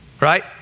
right